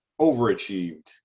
overachieved